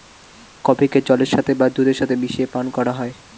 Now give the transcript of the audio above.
কফিকে জলের বা দুধের সাথে মিশিয়ে পান করা হয়